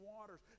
waters